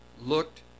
looked